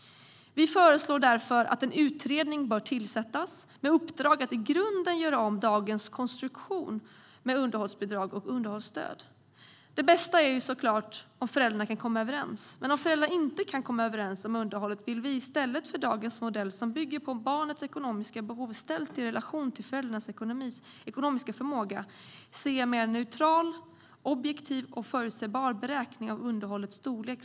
Vi föreslår därför att en utredning bör tillsättas med uppdrag att i grunden göra om dagens konstruktion med underhållsbidrag och underhållsstöd. Det bästa är såklart om föräldrarna kan komma överens. Men om föräldrarna inte kan komma överens om underhållet vill vi i stället för dagens modell, som bygger på barnets ekonomiska behov ställt i relation till föräldrarnas ekonomiska förmåga, se en mer neutral, objektiv och förutsebar beräkning av underhållets storlek.